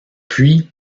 puis